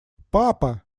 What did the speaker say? папа